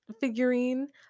figurine